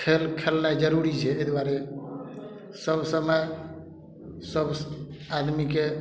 खेल खेलनाइ जरूरी छै एहि दुआरे सब समय सब आदमीके